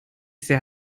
sehr